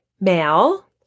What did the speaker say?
Male